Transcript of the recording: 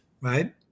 right